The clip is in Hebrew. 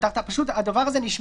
פשוט הדבר הזה,